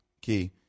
Key